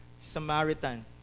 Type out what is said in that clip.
Samaritan